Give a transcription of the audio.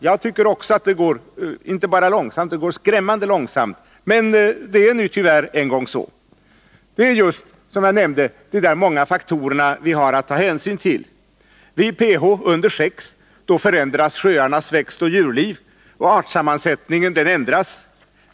Jag tycker också att det går inte bara långsamt — det går skrämmande långsamt — men det är nu tyvärr en gång så. Vid pH-värde under 6 förändras sjöarnas växtoch djurliv, och artsammansättningen ändras.